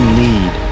need